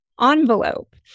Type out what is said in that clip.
envelope